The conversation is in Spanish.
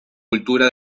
cultura